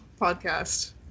podcast